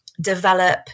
develop